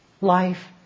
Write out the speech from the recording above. life